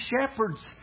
shepherds